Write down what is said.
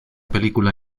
película